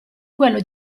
quello